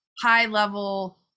high-level